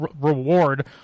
reward